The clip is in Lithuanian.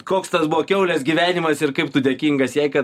koks tas buvo kiaulės gyvenimas ir kaip tu dėkingas jai kad